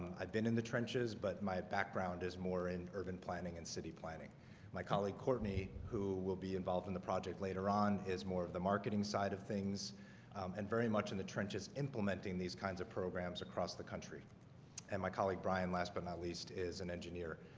i've been in the trenches, but my background is more in urban planning and city planning my colleague courtney who will be involved in the project later on is more of the marketing side of things and very much in the trenches implementing these kinds of programs across the country and my colleague brian last but not least is an engineer.